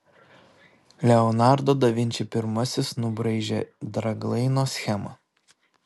leonardo da vinči pirmasis nubraižė draglaino schemą